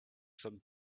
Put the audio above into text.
sommes